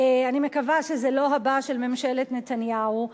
אני מקווה שזה לא הבא של ממשלת נתניהו.